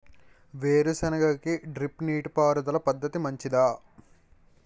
వేరుసెనగ కి డ్రిప్ నీటిపారుదల పద్ధతి మంచిదా?